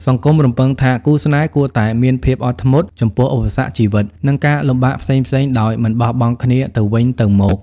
សង្គមរំពឹងថា គូស្នេហ៍គួរតែ "មានភាពអត់ធ្មត់" ចំពោះឧបសគ្គជីវិត និងការលំបាកផ្សេងៗដោយមិនបោះបង់គ្នាទៅវិញទៅមក។